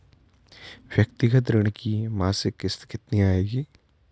व्यक्तिगत ऋण की मासिक किश्त कितनी आएगी?